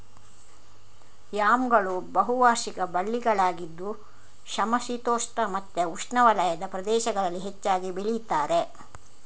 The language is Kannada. ಯಾಮ್ಗಳು ಬಹು ವಾರ್ಷಿಕ ಬಳ್ಳಿಗಳಾಗಿದ್ದು ಸಮಶೀತೋಷ್ಣ ಮತ್ತೆ ಉಷ್ಣವಲಯದ ಪ್ರದೇಶಗಳಲ್ಲಿ ಹೆಚ್ಚಾಗಿ ಬೆಳೀತಾರೆ